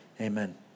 Amen